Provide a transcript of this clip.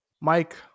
Mike